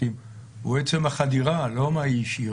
הוא עצם החדירה, לא מה היא השאירה.